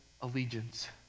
allegiance